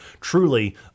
Truly